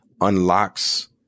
unlocks